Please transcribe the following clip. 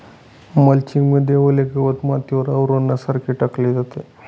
mulching मध्ये ओले गवत मातीवर आवरणासारखे टाकले जाते